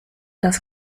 das